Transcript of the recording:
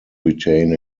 retain